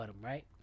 right